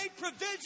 provision